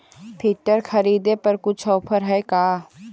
Filter खरिदे पर कुछ औफर है का?